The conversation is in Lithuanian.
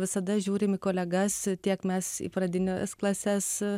visada žiūrim į kolegas tiek mes į pradines klases